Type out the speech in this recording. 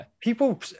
People